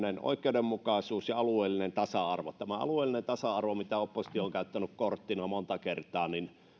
oikeudenmukaisuus ja alueellinen tasa arvo tämä alueellinen tasa arvo mitä oppositio on käyttänyt korttina monta kertaa